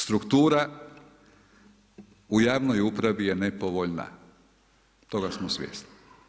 Struktura u javnoj upravi je nepovoljna toga smo svjesni.